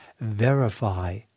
verify